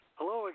Hello